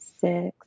six